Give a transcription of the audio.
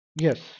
yes